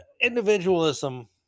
individualism